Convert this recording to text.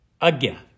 again